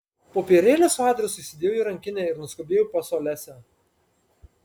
popierėlį su adresu įsidėjau į rankinę ir nuskubėjau pas olesią